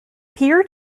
peer